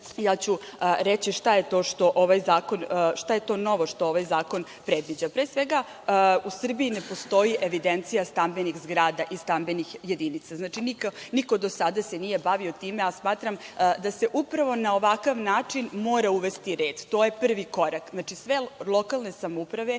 Reći ću šta je to novo što ovaj zakon predviđa. Pre svega u Srbiji ne postoji evidencija stambenih zgrada i stambenih jedinica. Znači, niko do sada se nije bavio time a smatram da se upravo na ovakav način mora uvesti red. To je prvi korak. Znači, sve lokalne samouprave